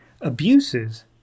abuses